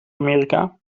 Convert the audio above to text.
amerika